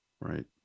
Right